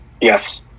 Yes